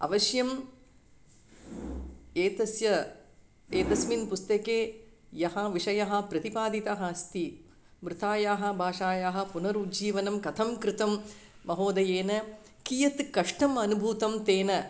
अवश्यम् एतस्य एतस्मिन् पुस्तके यः विषयः प्रतिपादितः अस्ति मृतायाः भाषायाः पुनरुज्जीवनं कथं कृतं महोदयेन कियत् कष्टम् अनुभूतं तेन